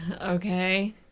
okay